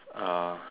uh